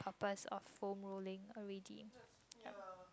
purpose of foam rolling already yup